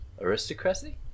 aristocracy